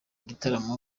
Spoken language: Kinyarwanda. igitaramo